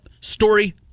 story